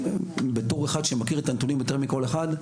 ובתור אחד שמכיר את הנתונים יותר מכל אחד,